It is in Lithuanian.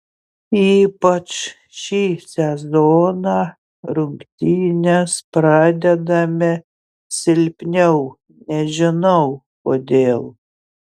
ypač šį sezoną rungtynes pradedame silpniau nežinau kodėl